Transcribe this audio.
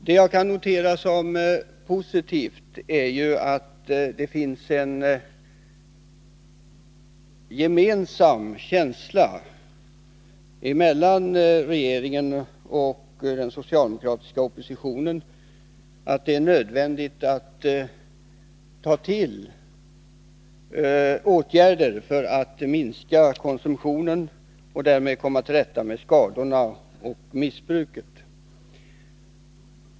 Vad jag kan notera som positivt är att det finns en gemensam känsla hos regeringen och den socialdemokratiska oppositionen för att det är nödvändigt att ta till åtgärder för att minska konsumtionen och därmed komma till rätta med skadorna och missbruket.